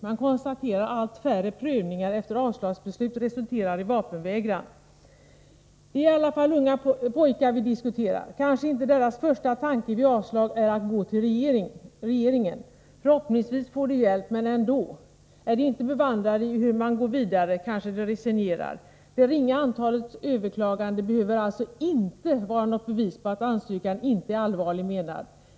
Man konstaterar att allt färre prövningar efter avslagsbeslut Det är i alla fall unga pojkar som det gäller. Kanske inte deras första tanke vid avslag är att gå till regeringen. Förhoppningsvis får de hjälp — men ändå! Om de inte är bevandrade i hur man går vidare, så kanske de resignerar. Det ringa antalet överklaganden behöver alltså inte vara något bevis på att ansökan inte är allvarligt menad.